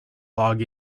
log